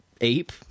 ape